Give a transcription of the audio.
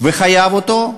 וחייב אותם,